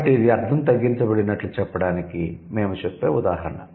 కాబట్టి ఇది అర్ధం తగ్గించబడినట్లు చెప్పడానికి మేము చెప్పే ఉదాహరణ